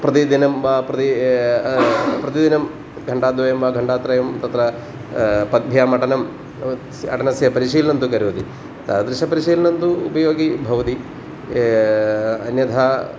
प्रतिदिनं वा प्रति प्रतिदिनं घण्टाद्वयं वा घण्टात्रयं तत्र पद्भ्याम् अटनं अटनस्य परिशीलनं तु करोति तादृशपरिशीलनं तु उपयोगि भवति अन्यथा